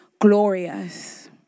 glorious